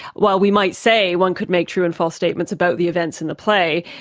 while we might say one could make true and false statements about the events in the play,